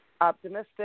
optimistic